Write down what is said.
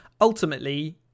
Ultimately